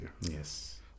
Yes